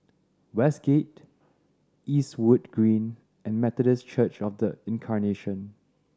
Westgate Eastwood Green and Methodist Church Of The Incarnation